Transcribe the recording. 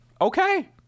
okay